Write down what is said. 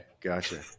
gotcha